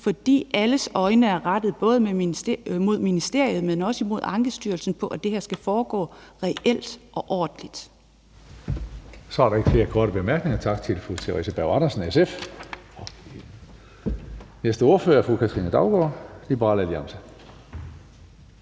fordi alles øjne er rettet både mod ministeriet, men også mod Ankestyrelsen, med hensyn til at det her skal foregå reelt og ordentligt. Kl. 21:39 Tredje næstformand (Karsten Hønge): Så er der ikke flere korte bemærkninger. Tak til fru Theresa Berg Andersen, SF. Den næste ordfører er fru Katrine Daugaard, Liberal Alliance.